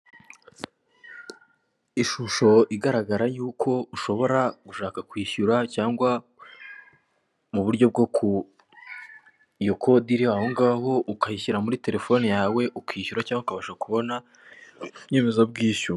Ishusho igaragara yuko ushobora gushaka kwishyura cyangwa mu buryo bwo ku iyo kode iri aho ngaho ukayishyira muri terefone yawe ukishyura cyangwa ukabasha kubona inyemezabwishyu.